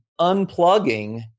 unplugging